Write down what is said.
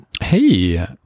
Hey